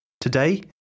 Today